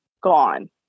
gone